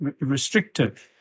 restrictive